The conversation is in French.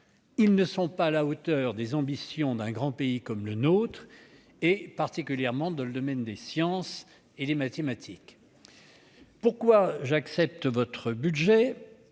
ils ne sont pas à la hauteur des ambitions d'un grand pays comme le nôtre, particulièrement dans le domaine des sciences et des mathématiques. Monsieur le ministre, je